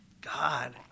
God